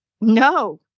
No